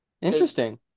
Interesting